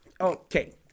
Okay